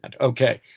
Okay